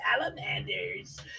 Salamanders